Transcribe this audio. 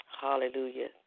Hallelujah